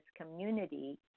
community